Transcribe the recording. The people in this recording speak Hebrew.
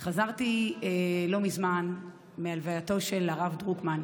חזרתי לא מזמן מהלווייתו של הרב דרוקמן,